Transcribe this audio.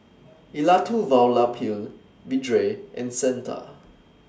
Elattuvalapil Vedre and Santha